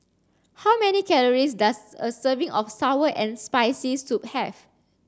how many calories does a serving of sour and spicy soup have